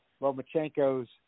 Lomachenko's